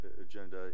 agenda